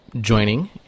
joining